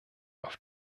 auf